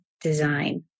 design